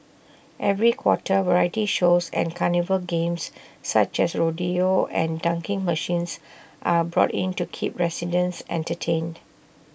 every quarter variety shows and carnival games such as rodeo and dunking machines are brought in to keep residents entertained